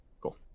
Cool